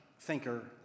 thinker